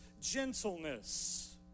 gentleness